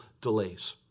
delays